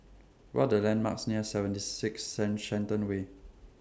What The landmarks near seventy six Shen Shenton Way